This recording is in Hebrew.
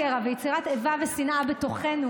אבל העמקת הקרע ויצירת איבה ושנאה בתוכנו